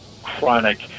chronic